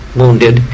wounded